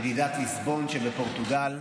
ילידת ליסבון שבפורטוגל,